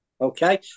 Okay